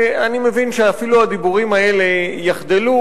אני מבין שאפילו הדיבורים האלה יחדלו,